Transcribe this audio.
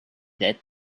that